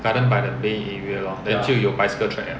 garden by the bay area lor then 就有 bicycle track liao